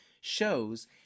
shows